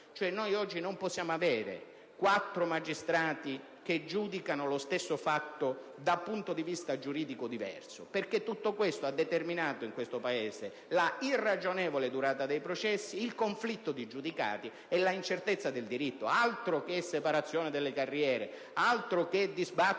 autogoverno. Non possiamo avere quattro magistrati che giudicano lo stesso fatto da un punto di vista giuridico diverso, perché tutto questo ha determinato in questo Paese l'irragionevole durata dei processi, il conflitto di giudicati e l'incertezza del diritto, altro che separazione delle carriere, altro che dibattiti